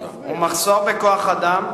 ומחסור בכוח-אדם,